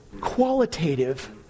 qualitative